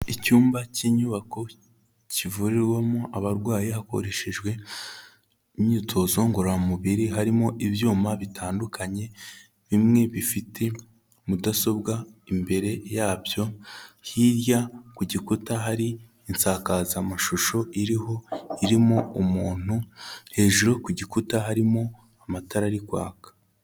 Icyumba cy'inyubako kivurirwamo abarwayi hakoreshejwe imyitozo ngororamubiri, harimo ibyuma bitandukanye bimwe bifite mudasobwa imbere yabyo, hirya ku gikuta hari insakazamashusho iriho irimo umuntu, hejuru ku gikuta harimo amatara ari kwaka.